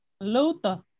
Luther